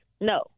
no